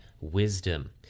wisdom